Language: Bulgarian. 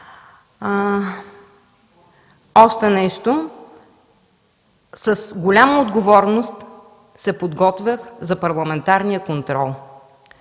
Още нещо – с голяма отговорност се подготвях за парламентарния контрол.